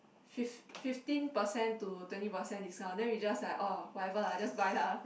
fif~ fifteen percent to twenty percent discount then we just like oh whatever lah just buy lah